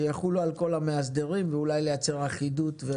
שיחולו על כל המאסדרים ואולי לייצר אחידות.